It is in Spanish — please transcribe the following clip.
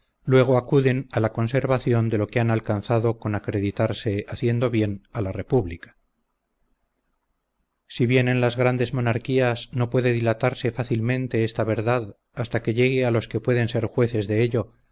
lo que han alcanzado con acreditarse haciendo bien a la república si bien en las grandes monarquías no puede dilatarse fácilmente esta verdad hasta que llegue a los que pueden ser jueces de ello